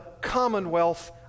commonwealth